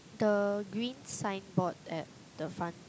the green signboard at the front